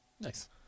Nice